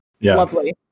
lovely